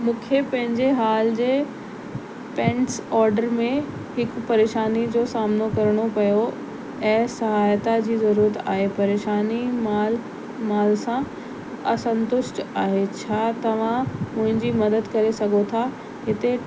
मूंखे पंहिंजे हाल जे पैंट्स ऑडर में हिकु परेशानी जो सामनो करिणो पयो ऐं सहायता जी ज़रूरत आहे परेशानी माल माल सां असंतुष्ट आहे छा तव्हां मुंहिंजी मदद करे सघो था हिते